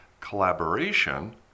collaboration